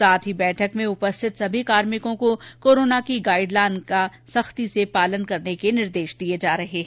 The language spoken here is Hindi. साथ ही बैठक में उपस्थित सभी कार्मिकों को कोराना की गाइड लाइन का सख्ती से पालन करने के निर्देश दिए जा रहे हैं